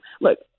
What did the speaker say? look